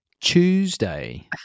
Tuesday